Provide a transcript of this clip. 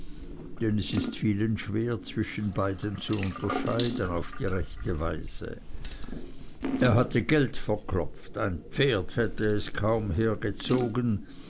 denn es ist vielen schwer zwischen beiden zu unterscheiden auf die rechte weise er hatte geld verklopft ein pferd hätte es kaum